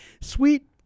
Sweet